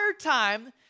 time